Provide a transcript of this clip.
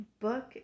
book